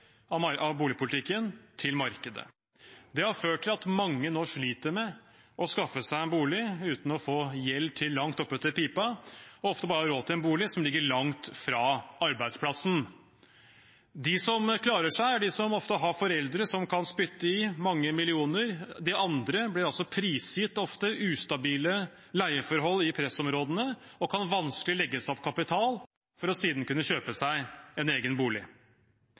av boligpolitikken til markedet. Det har ført til at mange nå sliter med å skaffe seg en bolig uten å få gjeld til langt over pipa, og de har ofte bare råd til en bolig som ligger langt fra arbeidsplassen. De som klarer seg, er ofte de som har foreldre som kan spytte inn mange millioner. De andre blir ofte prisgitt ustabile leieforhold i pressområdene og kan vanskelig legge seg opp kapital for siden å kunne kjøpe seg en egen bolig.